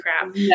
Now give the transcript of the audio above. crap